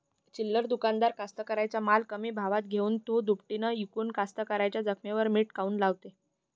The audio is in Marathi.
चिल्लर दुकानदार कास्तकाराइच्या माल कमी भावात घेऊन थो दुपटीनं इकून कास्तकाराइच्या जखमेवर मीठ काऊन लावते?